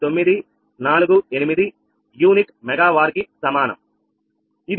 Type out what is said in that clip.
8948యూనిట్ megawatt కి సమానం అది